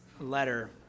letter